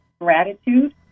gratitude